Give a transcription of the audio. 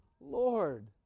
Lord